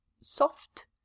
soft